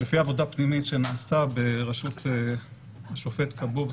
לפי עבודה פנימית שנעשתה ברשות השופט כבוב,